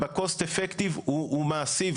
וב- cost effective הוא מעשי.